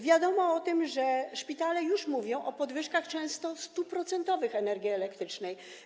Wiadomo o tym, że szpitale już mówią o podwyżkach, często 100-procentowych, cen energii elektrycznej.